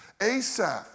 Asaph